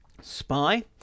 Spy